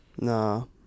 No